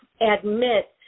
admit